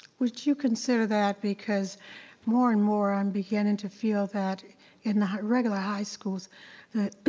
would you consider that, because more and more i'm beginning to feel that in the regular high schools that